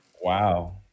Wow